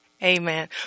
Amen